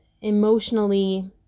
emotionally